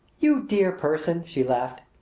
you dear person! she laughed.